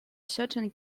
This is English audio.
certain